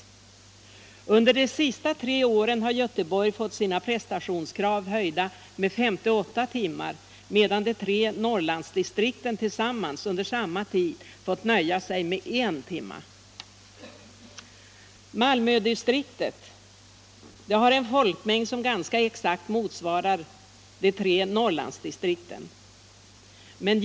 Under de senaste tre åren har Göteborg fått sina prestationskrav höjda med 58 timmar, medan de tre Norrlandsdistrikten under samma tid fått nöja sig med I timme. Malmödistriktet har en folkmängd som ganska exakt motsvarar den i de tre Norrlandsdistrikten.